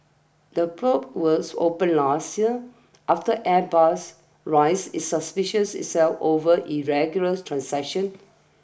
the probes was opened last year after Airbus rise its suspicions itself over irregulars transactions